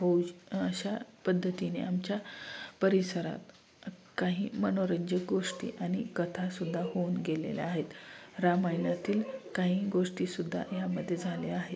होऊ अशा पद्धतीने आमच्या परिसरात काही मनोरंजक गोष्टी आणि कथा सुद्धा होऊन गेलेल्या आहेत रामायणातील काही गोष्टी सुद्धा यामध्ये झाल्या आहेत